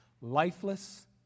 Lifeless